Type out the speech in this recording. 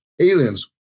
aliens